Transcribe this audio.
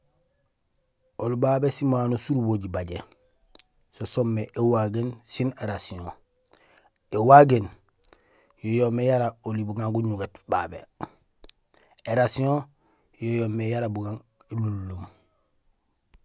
Oli babé simano surubo jibajé so soomé nang éwagéén sén érasihon. Ēwagéén yo yoomé yara oli bugaan guñugét babé. Érasihon yo yoomé yara bugaan élunlum